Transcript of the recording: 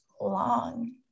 long